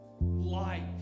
life